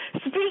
Speak